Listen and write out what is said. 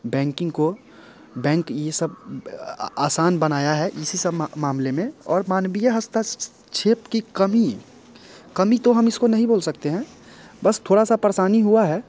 banking को bank ये सब आसान बनाया है इस मामले में और मानवीय हस्तक्षेप की कमी कमी तो हम इसको नहीं बोल सकते हैं बस थोड़ा सी परेशानी हुई है